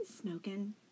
smoking